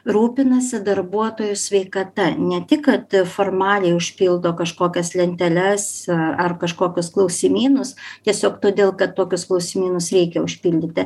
rūpinasi darbuotojų sveikata ne tik kad formaliai užpildo kažkokias lenteles ar kažkokius klausimynus tiesiog todėl kad tokius klausimynus reikia užpildyti